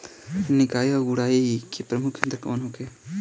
निकाई और गुड़ाई के प्रमुख यंत्र कौन होखे?